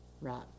Right